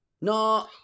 No